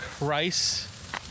rice